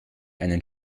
einen